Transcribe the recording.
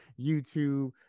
YouTube